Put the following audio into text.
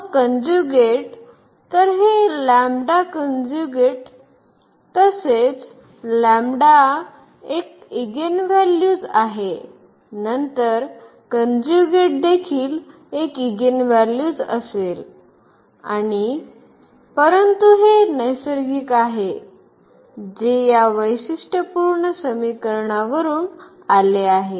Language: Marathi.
मग कन्ज्युगेट तर हे कन्ज्युगेट तसेच एक इगेनव्हॅल्यूज आहे नंतर कन्ज्युगेट देखील एक इगेनव्हॅल्यूज असेल आणि परंतु हे नैसर्गिक आहे जे या वैशिष्ट्यपूर्ण समीकरणावरून आले आहे